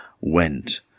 went